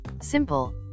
simple